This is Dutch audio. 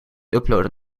uploaden